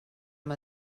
amb